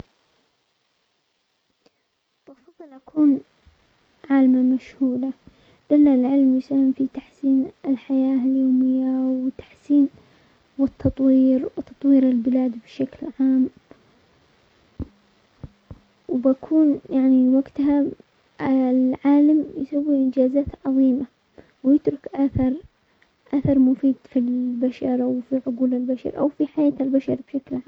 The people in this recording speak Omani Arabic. بفضل اكون عالمة مشهورة لان العلم يساهم في تحسين الحياة اليومية وتحسين والتطوير وتطوير البلاد بشكل عام، وبكون يعني وقتها العالم يسوي انجازات عظيمة ويترك اثر- اثر مفيد في البشرة وفي عقول البشر او في حياة البشر بشكل عام.